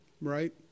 right